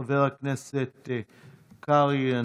מאת חבר הכנסת קרעי.